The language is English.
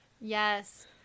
Yes